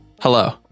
Hello